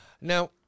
Now